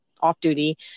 off-duty